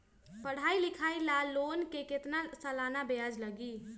पढाई लिखाई ला लोन के कितना सालाना ब्याज लगी?